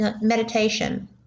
meditation